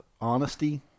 honesty